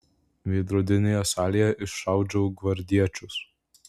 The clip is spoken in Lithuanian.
veidrodinėje salėje iššaudžiau gvardiečius